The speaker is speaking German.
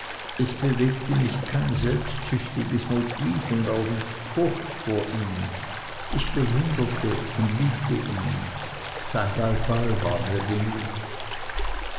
es bewegte mich kein selbstsüchtiges motiv und auch nicht furcht vor ihm ich bewunderte und liebte ihn sein beifall war mir genug